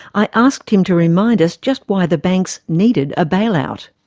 i asked him to remind us just why the banks needed a bail out.